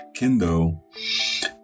kendo